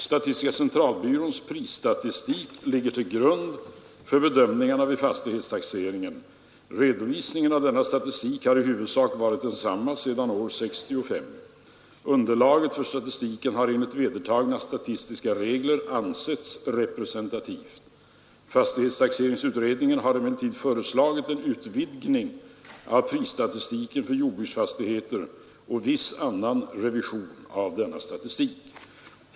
Statistiska centralbyråns prisstatistik ligger till grund för bedömningarna vid fastighetstaxeringen. Redovisningen av denna statistik har i huvudsak varit densamma sedan år 1965. Underlaget för statistiken har enligt vedertagna statistiska regler ansetts representativt. Fastighetstaxeringsutredningen har emellertid föreslagit en utvidgning av prisstatistiken för jordbruksfastigheter och viss annan revision av denna statistik.